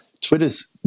Twitter's